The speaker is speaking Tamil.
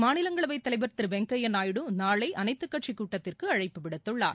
மாநிலங்களவைத் தலைவர் திரு வெங்கையா நாயுடு நாளை அனைத்து கட்சி கூட்டத்திற்கு அழைப்பு விடுத்துள்ளார்